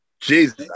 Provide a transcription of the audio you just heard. Jesus